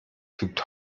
fügt